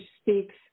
speaks